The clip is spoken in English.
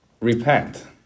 repent